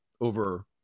over